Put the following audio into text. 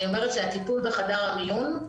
אני אומרת שהטיפול בחדר המיון,